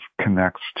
connects